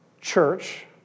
church